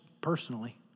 personally